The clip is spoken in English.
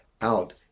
out